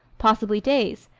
possibly days,